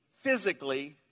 physically